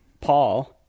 Paul